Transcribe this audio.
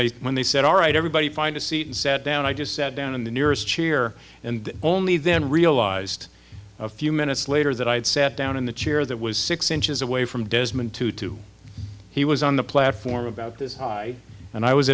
they when they said all right everybody find a seat and sat down i just sat down in the nearest chair and only then realized a few minutes later that i had sat down in the chair that was six inches away from desmond tutu he was on the platform about this high and i was